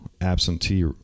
absentee